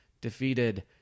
defeated